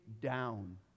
down